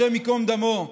השם ייקום דמו,